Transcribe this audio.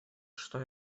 что